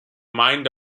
mind